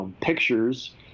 pictures